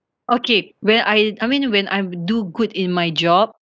okay when I I mean when I'm do good in my job